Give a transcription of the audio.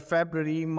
February